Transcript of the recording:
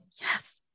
yes